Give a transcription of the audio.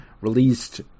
released